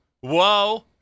Whoa